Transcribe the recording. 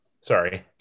sorry